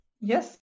yes